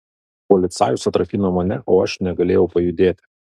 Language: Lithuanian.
policajus atrakino mane o aš negalėjau pajudėti